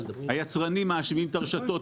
היצרנים מאשימים את הרשתות,